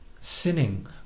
sinning